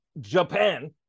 Japan